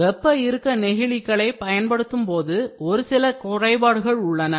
வெப்ப இறுக்க நெகிழிகளை பயன்படுத்தும்போது ஒரு சில குறைபாடுகள் உள்ளன